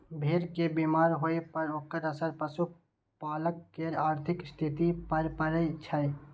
भेड़ के बीमार होइ पर ओकर असर पशुपालक केर आर्थिक स्थिति पर पड़ै छै